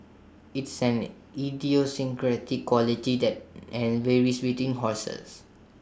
IT is an idiosyncratic quality that and varies between horses